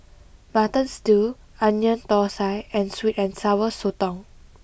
mutton stew onion Thosai and sweet and sour Sotong